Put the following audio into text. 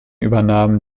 übernahmen